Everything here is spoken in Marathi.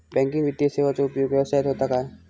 बँकिंग वित्तीय सेवाचो उपयोग व्यवसायात होता काय?